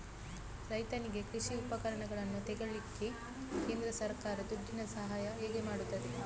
ರೈತನಿಗೆ ಕೃಷಿ ಉಪಕರಣಗಳನ್ನು ತೆಗೊಳ್ಳಿಕ್ಕೆ ಕೇಂದ್ರ ಸರ್ಕಾರ ದುಡ್ಡಿನ ಸಹಾಯ ಹೇಗೆ ಮಾಡ್ತದೆ?